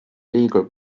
legal